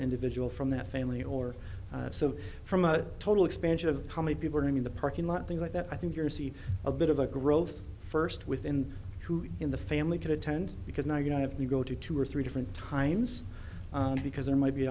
individual from that family or so from a total expansion of how many people are in the parking lot things like that i think you're see a bit of a growth first within who in the family could attend because now you know if you go to two or three different times because there might be